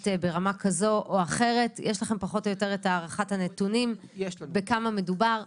ברמה כזו או אחרת יש לכם פחות או יותר את הערכת הנתונים בכמה מדובר?